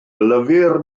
lyfr